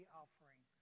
offering